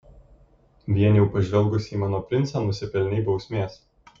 vien jau pažvelgusi į mano princą nusipelnei bausmės